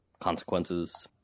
consequences